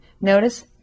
Notice